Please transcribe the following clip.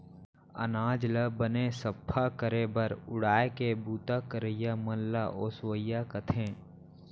अनाज ल बने सफ्फा करे बर उड़ाय के बूता करइया मन ल ओसवइया कथें